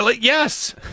Yes